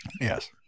yes